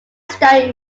story